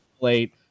late